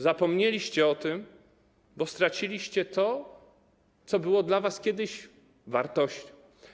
Zapomnieliście o tym, bo straciliście to, co było dla was kiedyś wartością.